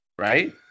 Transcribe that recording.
right